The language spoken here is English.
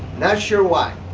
not sure why.